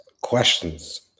questions